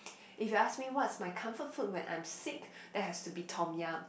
if you ask me what's my comfort food when I am sick that has to be tomyam